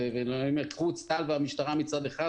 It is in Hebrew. אם תקחו את צה"ל והמשטרה מצד אחד,